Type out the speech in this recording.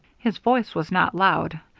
his voice was not loud,